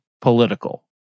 political